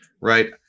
right